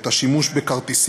קריאה ראשונה.